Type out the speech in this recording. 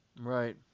Right